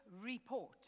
report